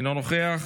אינו נוכח,